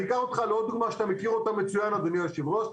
ואני אקח אותך לעוד דוגמה שאתה מכיר אותה מצוין אדוני יושב הראש,